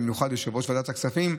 במיוחד יושב-ראש ועדת הכספים,